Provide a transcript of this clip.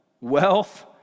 wealth